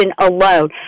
alone